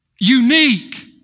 unique